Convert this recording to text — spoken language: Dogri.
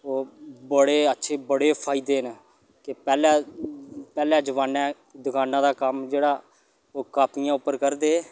ओह् बड़े अच्छे बड़े फायदे न के पैह्लै पैह्ले जमानै दकाना दा कम्म जेह्ड़ा ओह् कापियें उप्पर करदे हे